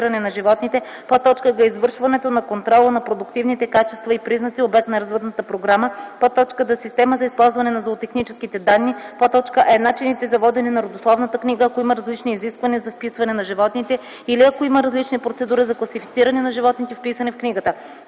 животните; г) извършването на контрола на продуктивните качества и признаци - обект на развъдната програма; д) система за използване на зоотехническите данни; е) начините за водене на родословната книга, ако има различни изисквания за вписване на животните, или ако има различни процедури за класифициране на животните, вписани в книгата;